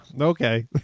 okay